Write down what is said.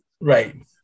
Right